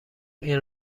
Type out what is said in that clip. این